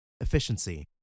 Efficiency